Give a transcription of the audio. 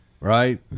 right